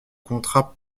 contrat